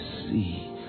see